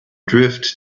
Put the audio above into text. drift